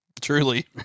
truly